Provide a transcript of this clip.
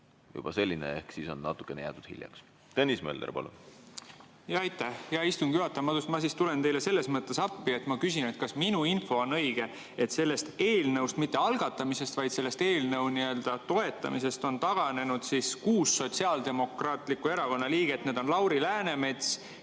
juba selline ehk siis on natukene hiljaks jäädud. Tõnis Mölder, palun! Aitäh, hea istungi juhataja! Ma siis tulen teile selles mõttes appi, et ma küsin, kas minu info on õige, et sellest eelnõust – mitte algatamisest, vaid selle eelnõu toetamisest – on taganenud kuus Sotsiaaldemokraatliku Erakonna liiget. Need on Lauri Läänemets,